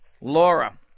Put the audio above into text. Laura